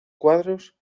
cuadros